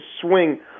swing